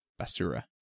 Basura